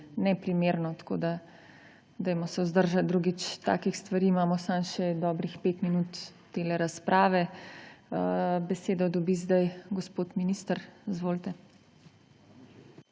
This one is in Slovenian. neprimerno, tako da vzdržimo se drugič takšnih stvari, imamo samo še dobrih pet minut te razprave. Besedo dobi zdaj gospod minister. Izvolite.